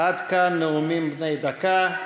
עד כאן נאומים בני דקה.